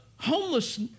homeless